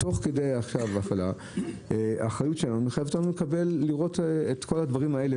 אלא תוך כדי עכשיו האחריות שלנו מחייבת אותנו לראות את כל הדברים האלה,